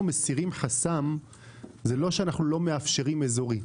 מסירים חסם זה לא שאנחנו לא מאפשרים אזורית.